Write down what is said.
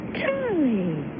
charlie